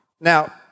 Now